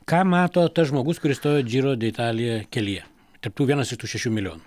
ką mato tas žmogus kuris stovi džiro de italija kelyje tarp tų vienas ir tų šešių milijonų